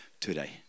today